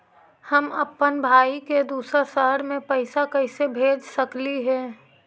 हम अप्पन भाई के दूसर शहर में पैसा कैसे भेज सकली हे?